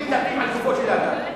אם מדברים לגופו של אדם,